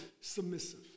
submissive